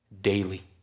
daily